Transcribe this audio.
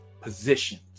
positions